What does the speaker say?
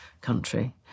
country